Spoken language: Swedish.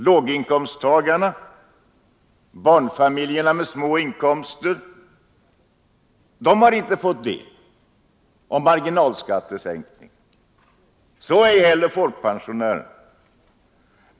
Låginkomsttagarna och barnfamiljerna med små inkomster har inte fått del av marginalskattesänkningen, så ej heller folkpensionärer.